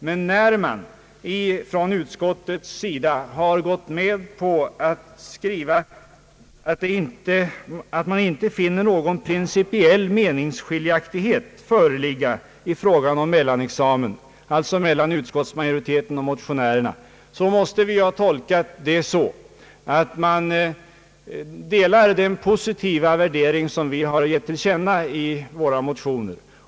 Men när utskottet skriver att man inte finner någon principiell meningsskiljaktighet föreligga mellan utskottsmajoriteten och motionärerna i fråga om mellanexamen, tolkar vi det dock så att utskottet delar den positiva inställning som vi har gett till känna i våra motioner.